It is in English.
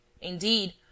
Indeed